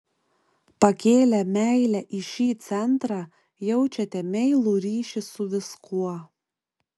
pakėlę meilę į šį centrą jaučiate meilų ryšį su viskuo